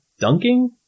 dunking